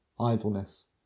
idleness